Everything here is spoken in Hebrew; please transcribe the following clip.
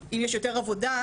אם יש יותר עבודה,